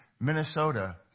Minnesota